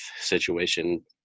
situation